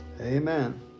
Amen